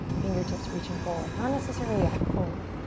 fingertips reaching forward. not necessarily up, forward.